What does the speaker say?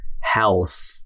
health